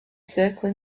circle